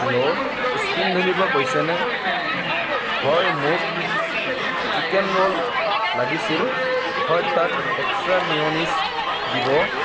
hello স্পিংভেলীৰ পৰা কৈছেনে হয় মোক চিকেন ৰোল লাগিছিল হয় তাত এক্সট্ৰা মেয়'নিজ দিব